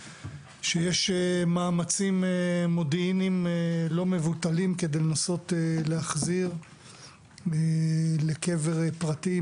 שיש מאמצים מודיעיניים לא מבוטלים כדי לנסות להחזיר לקבר פרטי,